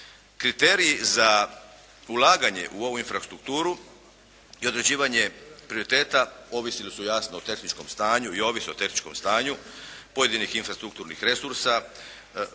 Kriteriji za ulaganje u ovo infrastrukturu i određivanje prioriteta ovisili su, jasno, o tehničkom stanju i ovise o tehničkom stanju pojedinih infrastrukturnih resursa,